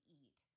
eat